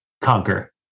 conquer